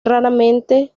raramente